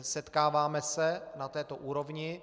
Setkáváme se na této úrovni.